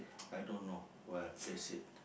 I don't know where I place it